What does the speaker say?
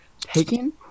taken